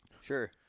sure